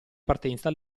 partenza